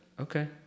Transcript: okay